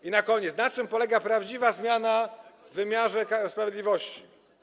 I na koniec: Na czym polega prawdziwa zmiana w wymiarze sprawiedliwości?